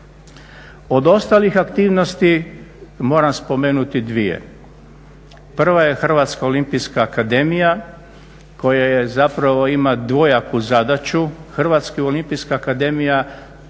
Od ostalih aktivnosti moram spomenuti dvije. Prva je Hrvatska olimpijska akademija koja zapravo ima dvojaku zadaću. Hrvatska olimpijska akademija